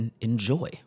enjoy